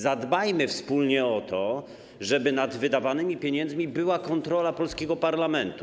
Zadbajmy wspólnie o to, żeby nad wydawanymi pieniędzmi była kontrola polskiego parlamentu.